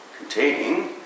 containing